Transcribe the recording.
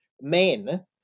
men